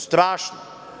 Strašno.